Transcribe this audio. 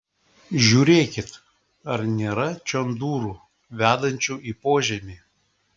žiūrėkit ar nėra čion durų vedančių į požemį